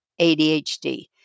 ADHD